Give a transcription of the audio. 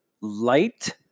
light